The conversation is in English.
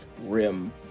rim